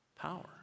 Power